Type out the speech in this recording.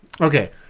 okay